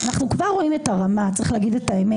אנחנו כבר רואים את הרמה, צריך להגיד את האמת.